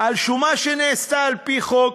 על שומה שנעשתה על-פי חוק.